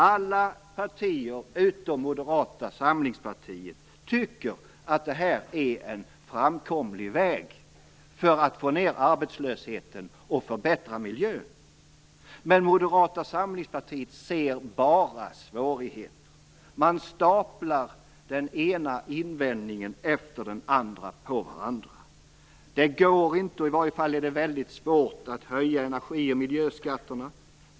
Alla partier utom Moderata samlingspartiet tycker att detta är en framkomlig väg för att få ned arbetslösheten och förbättra miljön. Men Moderata samlingspartiet ser bara svårigheter. Man staplar den ena invändningen på den andra. Det går inte, eller det är i alla fall väldigt svårt att höja energi och miljöskatterna.